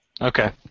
Okay